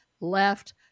left